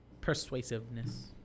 persuasiveness